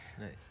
Nice